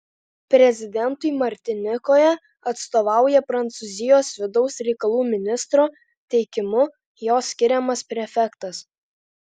prezidentui martinikoje atstovauja prancūzijos vidaus reikalų ministro teikimu jo skiriamas prefektas